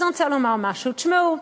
אז אני רוצה לומר משהו: תשמעו,